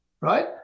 right